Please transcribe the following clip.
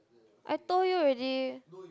I told you already